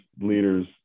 leaders